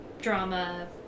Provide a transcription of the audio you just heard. drama